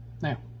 Now